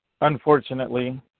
Unfortunately